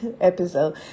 episode